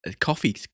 coffee